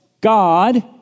God